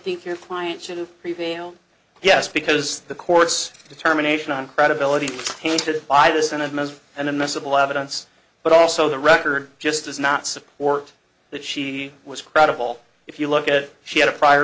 think your client should prevail yes because the court's determination on credibility tainted by this and of most and admissible evidence but also the record just does not support that she was credible if you look at it she had a prior